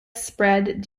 spread